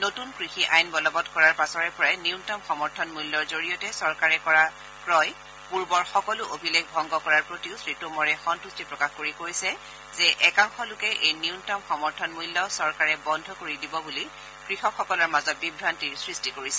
নতুন কৃষি আইন বলবৎ কৰাৰ পাছৰে পৰা ন্যনতম সমৰ্থন মূল্যৰ জৰিয়তে চৰকাৰে কৰা ক্ৰয় পূৰ্বৰ সকলো অভিলেখ ভংগ কৰাৰ প্ৰতিও শ্ৰীটোমৰে সম্বষ্টি প্ৰকাশ কৰি কৈছে যে একাংশ লোকে এই ন্যনতম সমৰ্থন মূল্য চৰকাৰে বন্ধ কৰি দিব বুলি কৃষকসকলৰ মাজত বিভান্তিৰ সৃষ্টি কৰিছে